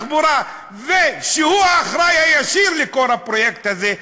שהוא האחראי הישיר לכל הפרויקט הזה,